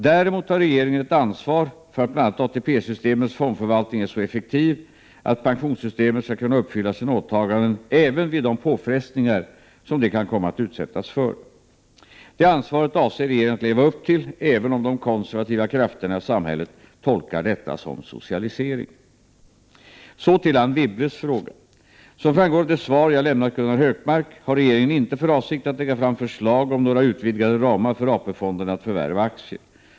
Däremot har regeringen ett ansvar för att bl.a. ATP-systemets fondförvaltning är så effektiv att pensionssystemet skall kunna uppfylla sina åtaganden även vid de påfrestningar som det kan komma att utsättas för. Det ansvaret avser regeringen att leva upp till även om de konservativa krafterna i samhället tolkar detta som socialisering. Så till Anne Wibbles fråga. Som framgår av det svar jag lämnat Gunnar Hökmark har regeringen inte för avsikt att lägga fram förslag om några utvidgade ramar för AP-fonderna att förvärva aktier.